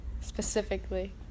Specifically